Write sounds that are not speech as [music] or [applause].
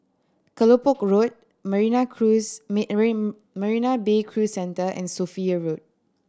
Kelopak Road Marina Cruise [unintelligible] Marina Bay Cruise Centre and Sophia Road